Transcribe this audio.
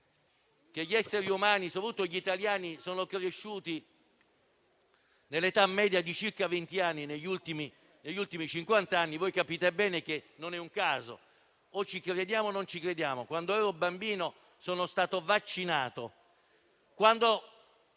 degli esseri umani, soprattutto degli italiani, è cresciuta di circa venti anni negli ultimi cinquanta anni, voi capite bene che non è un caso. O ci crediamo o non ci crediamo. Quando ero bambino sono stato vaccinato;